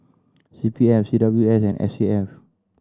C P F C W S and S A F